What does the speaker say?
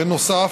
בנוסף,